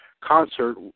concert